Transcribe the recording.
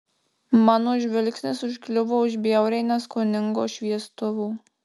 mano žvilgsnis užkliuvo už bjauriai neskoningo šviestuvo